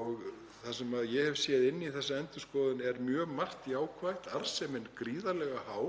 Og það sem ég hef séð inn í þessa endurskoðun er mjög margt jákvætt, arðsemin gríðarlega há,